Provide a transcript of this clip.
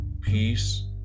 peace